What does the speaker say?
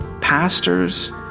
pastors